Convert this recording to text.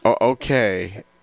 Okay